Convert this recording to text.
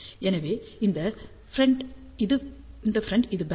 எனவே இந்த ஃப்ரெண்ட் இது பேக்